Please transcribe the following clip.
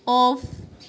off